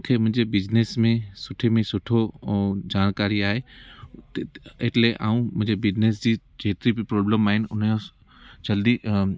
मुखे मुंजे बिज़नस में सुठे में सुठो ऐं जानकारी आहे एटले ऐं मुंहिंजो बिज़नस जी जेतिरी बि प्रोब्लम आहिनि उन जो जल्दी